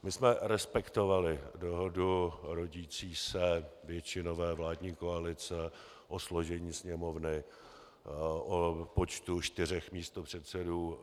My jsme respektovali dohodu rodící se většinové vládní koalice o složení Sněmovny, o počtu čtyř místopředsedů.